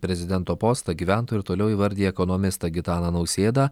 prezidento postą gyventojai ir toliau įvardija ekonomistą gitaną nausėdą